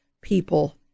people